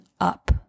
up